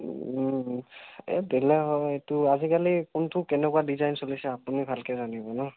এই বেলেগ আও এইটো আজিকালি কোনটো কেনেকুৱা ডিজাইন চলিছে আপুনি ভালকৈ জানিব ন